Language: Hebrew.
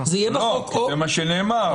זה מה שנאמר.